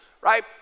right